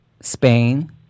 Spain